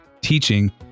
teaching